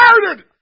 murdered